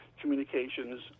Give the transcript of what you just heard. communications